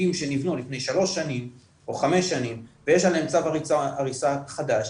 בתים שנבנו לפני שלוש שנים או חמש שנים ויש עליהם צו הריסה חדש,